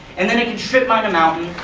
and then it can strip-mine a mountain,